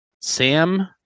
Sam